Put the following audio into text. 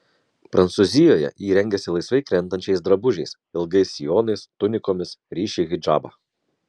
prancūzijoje ji rengiasi laisvai krentančiais drabužiais ilgais sijonais tunikomis ryši hidžabą